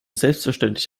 selbstverständlich